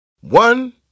One